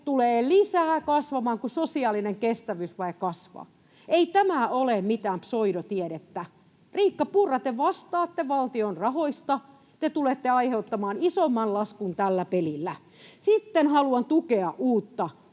tulee kasvamaan lisää, kun sosiaalinen kestävyysvaje kasvaa. Ei tämä ole mitään pseudotiedettä. Riikka Purra, te vastaatte valtion rahoista ja tulette aiheuttamaan isomman laskun tällä pelillä. Sitten haluan tukea uutta